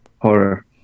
horror